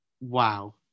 wow